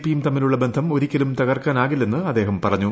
പിയും തമ്മിലുളള ബന്ധം ഒരിക്കലും തകർക്കാനാകില്ലെന്ന് അദ്ദേഹം പറഞ്ഞു